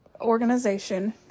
organization